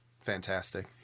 fantastic